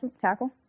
tackle